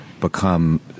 become